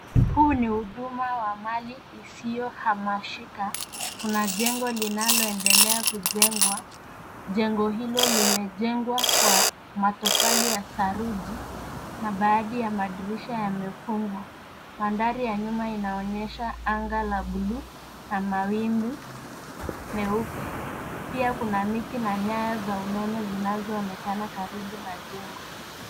Huu ni huduma wa mali isiyohamishika. Kuna jengo linaloendelea kujengwa. Jengo hilo limejengwa kwa matofali ya saruji na baadhi ya madirisha yemefungwa. Mandhari ya nyuma inaonyesha anga la buluu na mawingu meupe. Pia kuna miti na nyaya za umeme zinazoonekana karibu na jengo.